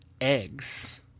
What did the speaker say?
eggs